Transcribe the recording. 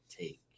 take